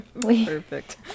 Perfect